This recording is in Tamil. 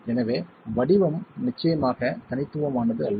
எனவே வடிவம் நிச்சயமாக தனித்துவமானது அல்ல